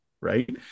right